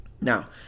Now